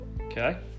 Okay